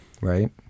Right